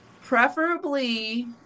preferably